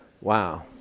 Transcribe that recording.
Wow